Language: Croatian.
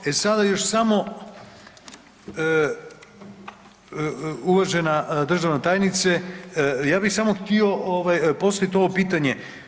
E sada još samo uvažena državna tajnice, ja bi samo htio postaviti ovo pitanje.